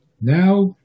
Now